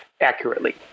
accurately